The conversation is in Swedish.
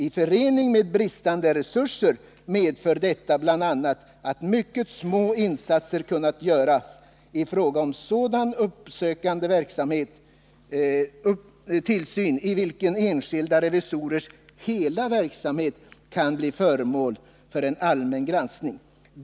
I förening med bristande resurser medför detta bl.a. att mycket små insatser kunnat göras i fråga om sådan uppsökande tillsyn i vilken enskilda revisorers hela verksamhet kan bli föremål för allmän granskning.